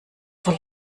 soll